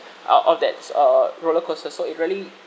out of that uh roller coaster so it really